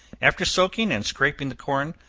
after soaking and scraping the corn,